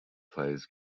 plays